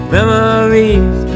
Memories